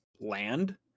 land